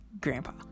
grandpa